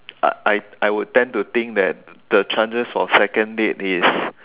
I I I would tend to think that the chances for second date is